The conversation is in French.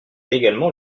également